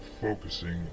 focusing